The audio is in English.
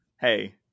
Hey